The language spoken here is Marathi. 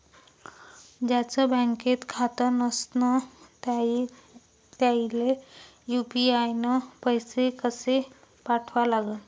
ज्याचं बँकेत खातं नसणं त्याईले यू.पी.आय न पैसे कसे पाठवा लागन?